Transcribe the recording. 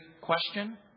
question